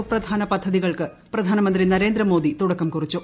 സുപ്രധാന പദ്ധതികൾക്ക് പ്രധാനമന്ത്രി നരേന്ദ്രമോദി തുടക്കം കുറിച്ചു